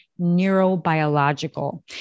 neurobiological